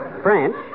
French